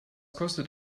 kostet